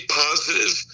positive